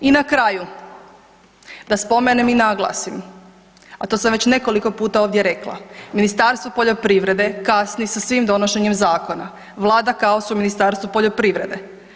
I na kraju, da spomenem i naglasim, a to sam već nekoliko puta ovdje rekla, Ministarstvo poljoprivrede kasni sa svim donošenjem zakona, vlada kaos u Ministarstvo poljoprivrede.